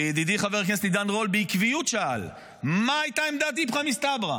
וידידי חבר הכנסת עידן רול בעקיבות שאל: מה הייתה עמדת איפכא מסתברא